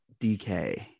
DK